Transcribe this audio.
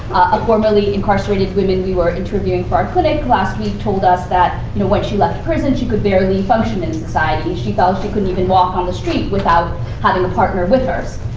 of formerly incarcerated woman we were interviewing for our clinic last week told us that when she left prison, she could barely function in society. she felt she couldn't even walk on the street without having a partner with her.